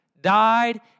died